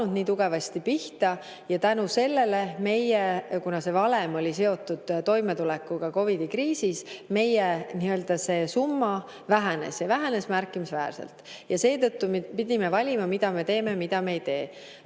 ei saanud nii tugevasti pihta. Tänu sellele, kuna see valem oli seotud toimetulekuga COVID‑i kriisis, meie summa vähenes ja vähenes märkimisväärselt. Seetõttu pidime valima, mida me teeme ja mida me ei tee.